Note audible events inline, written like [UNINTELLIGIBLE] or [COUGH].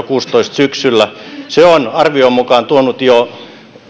[UNINTELLIGIBLE] kuusitoista syksyllä se on arvion mukaan tuonut jo